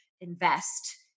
invest